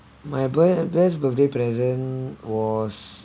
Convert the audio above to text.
my bir~ best birthday present was